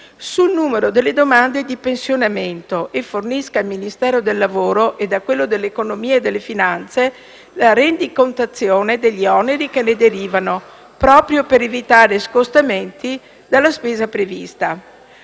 sul numero delle domande di pensionamento e fornisca al Ministero del lavoro e a quello dell'economia e delle finanze la rendicontazione degli oneri che ne derivano, proprio per evitare scostamenti dalla spesa prevista.